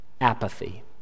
apathy